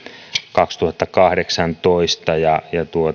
kaksituhattakahdeksantoista